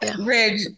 Ridge